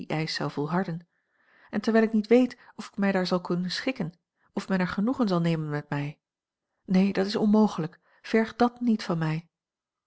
eisch zou volharden en terwijl ik niet weet of ik mij a l g bosboom-toussaint langs een omweg daar zal kunnen schikken of men er genoegen zal nemen met mij neen dat is onmogelijk verg dàt niet van mij